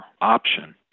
option